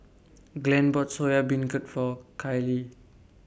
Glen bought Soya Beancurd For Kyleigh